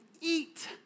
eat